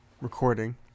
recording